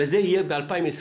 וזה יהיה ב-2024.